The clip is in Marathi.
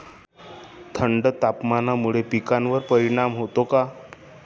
थंड तापमानामुळे पिकांवर परिणाम होतो का?